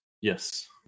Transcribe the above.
Yes